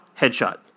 headshot